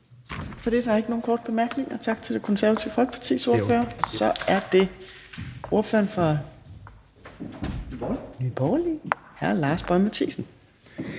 for det. Der er ikke nogen korte bemærkninger. Tak til Det Konservative Folkepartis ordfører. Så er det ordføreren for Nye Borgerlige, hr. Lars Boje Mathiesen.